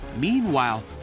Meanwhile